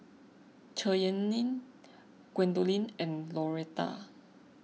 Cheyenne Gwendolyn and Loretta